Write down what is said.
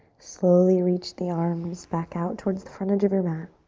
slowly reach the arms back out towards the front edge of your mat.